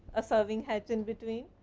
a serving hatch in between,